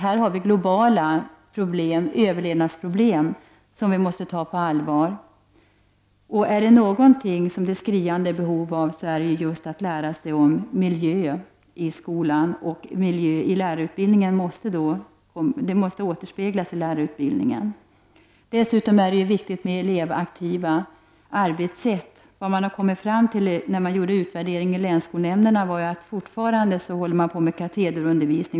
Här har vi globala överlevnadsproblem som måste tas på allvar. Är det någonting som det finns ett skriande behov av, är det just att få lära sig om miljö i skolan. Detta måste återspeglas i lärarutbildningen. Det är dessutom viktigt med elevaktiva arbetssätt. Vid utvärderingen i länsskolnämnderna kom man fram till att lärarna fortfarande håller på med katederundervisning.